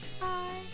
Bye